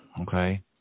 okay